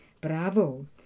bravo